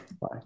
Bye